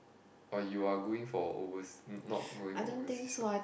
or you are going for overs~ not going overseas right